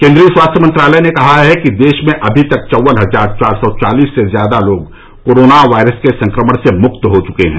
केन्द्रीय स्वास्थ्य मंत्रालय ने कहा है कि देश में अभी तक चौवन हजार चार सौ चालीस से ज्यादा लोग कोरोना वायरस के संक्रमण से मुक्त हो चुके हैं